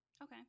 Okay